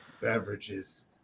beverages